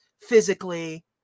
physically